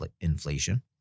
inflation